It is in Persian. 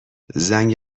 زنگ